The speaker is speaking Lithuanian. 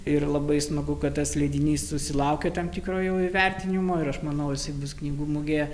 ir labai smagu kad tas leidinys susilaukė tam tikro jau įvertinimo ir aš manau bus knygų mugėje